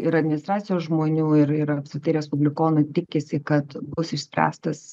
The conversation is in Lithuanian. ir administracijos žmonių ir ir apskritai respublikonų tikisi kad bus išspręstas